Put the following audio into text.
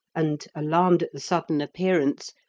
and, alarmed at the sudden appearance,